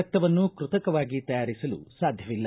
ರಕ್ತವನ್ನು ಕೃತಕವಾಗಿ ತಯಾರಿಸಲು ಸಾಧ್ಯವಿಲ್ಲ